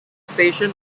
station